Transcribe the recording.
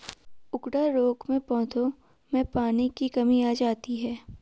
उकडा रोग में पौधों में पानी की कमी आ जाती है